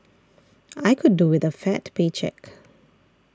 I could do with a fat paycheck